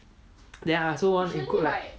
then I also want include like